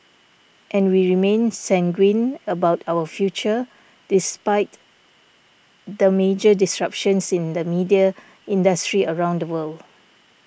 and we remain sanguine about our future despite the major disruptions in the media industry around the world